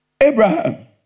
Abraham